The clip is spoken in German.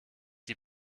die